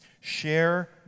Share